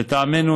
לטעמנו,